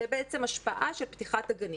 זה בעצם השפעה של פתיחת הגנים.